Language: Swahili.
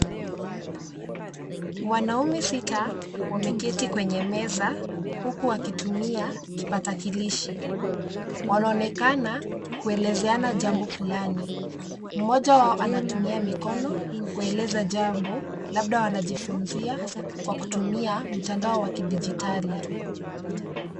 Wanaume sita wameketi kwenye meza huku wakitumia kipakatalishi. Wanaonekana kuelezea jambo fulani. Mmoja wao anatumia mikono kuelezea jambo labda wanajifunzia kwa kutumia mtandao wa kidijitali.